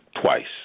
twice